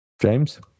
James